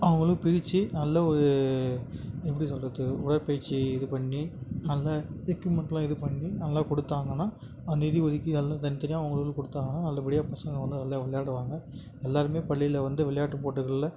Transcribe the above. அவங்களும் பிரித்து நல்லா ஒரு எப்படி சொல்கிறது உடற்பயிற்சியை இது பண்ணி நல்லா எக்யூப்மெண்ட்லாம் இது பண்ணி நல்லா கொடுத்தாங்கன்னா நிதி உதவிக்கு எல்லாம் தனித்தனியாக அவங்கவுங்களுக்கு கொடுத்தாங்கன்னா நல்லபடியாக பசங்கள் வந்து நல்லா விளையாடுவாங்க எல்லோருமே பள்ளியில் வந்து விளையாட்டு போட்டிகளில்